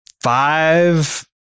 five